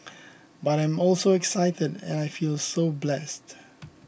but I am also excited and I feel so blessed